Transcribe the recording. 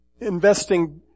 investing